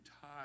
tied